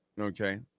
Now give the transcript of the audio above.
Okay